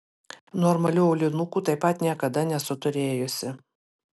normalių aulinukų taip pat niekada nesu turėjusi